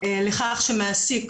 לכך שמעסיק,